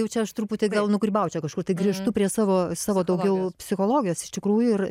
jau čia aš truputį gal nugrybaučiau kažkur tai grįžtu prie savo savo daugiau psichologijos iš tikrųjų ir